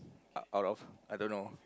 out of I don't know